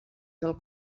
del